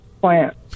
plant